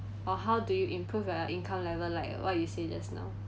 or how do you improve your income level like what you say just now